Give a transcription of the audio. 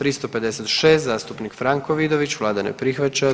356. zastupnik Franko Vidović, vlada ne prihvaća.